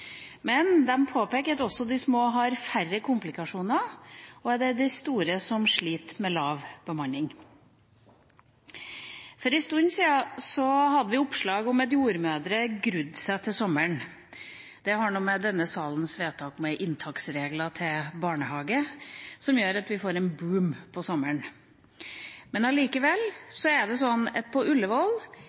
men de påpekte også at de små har færre komplikasjoner, og at det er de store som sliter med lav bemanning. For en stund siden var det oppslag om at jordmødre grudde seg til sommeren. Det har noe med denne salens vedtak om inntaksregler til barnehage å gjøre, som gjør at vi får en boom på sommeren. Allikevel er det sånn at på